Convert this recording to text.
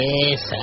Yes